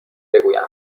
بگویم